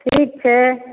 ठीक छै